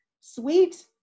Sweet